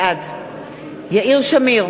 בעד יאיר שמיר,